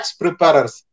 preparers